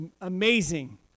amazing